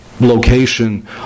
location